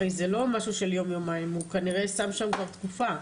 הרי זה לא משהו של יום-יומיים הוא כנראה שם שם כבר תקופה,